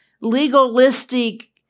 legalistic